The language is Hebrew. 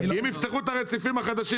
כי אם יפתחו את הרציפים החדשים,